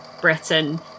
Britain